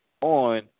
on